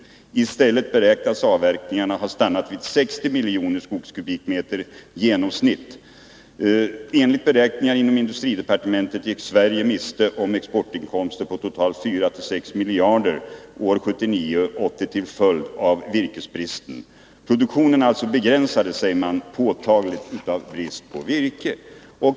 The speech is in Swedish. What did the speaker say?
I stället beräknas avverkningarna ha stannat vid ca 60 milj. m3 sk i genomsnitt. ——-—- Enligt beräkningar inom industridepartementet gick Sverige miste om exportinkomster på totalt 4 000 å 6 000 milj.kr. åren 1979-1980 till följd av virkesbristen.” Produktionen har alltså begränsats påtagligt, säger man, på grund av bristen på virke.